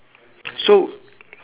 so